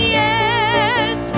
yes